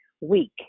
week